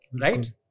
Right